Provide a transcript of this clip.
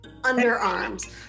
underarms